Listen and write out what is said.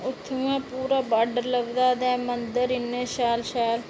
ते उत्थुआं बॉर्डर इन्ना शैल लगदा ते मंदर इन्ने शैल शैल